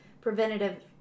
preventative